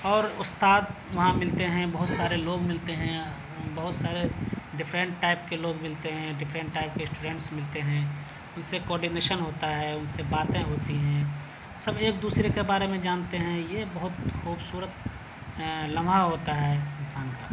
اور استاد وہاں ملتے ہیں بہت سارے لوگ ملتے ہیں بہت سارے ڈفرینٹ ٹائپ کے لوگ ملتے ہیں ڈفرینٹ ٹائپ کے اسٹوڈنٹس ملتے ہیں ان سے کورڈینیشن ہوتا ہے ان سے باتیں ہوتی ہیں سب ایک دوسرے کے بارے میں جانتے ہیں یہ بہت خوبصورت لمحہ ہوتا ہے انسان کا